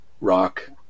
rock